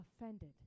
offended